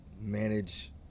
manage